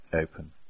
open